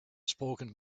spoken